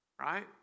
Right